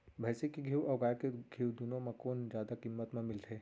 भैंसी के घीव अऊ गाय के घीव दूनो म कोन जादा किम्मत म मिलथे?